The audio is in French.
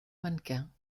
mannequin